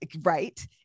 right